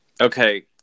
Okay